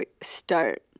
start